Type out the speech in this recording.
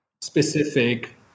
specific